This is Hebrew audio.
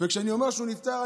וכשאני אומר שאבא נפטר,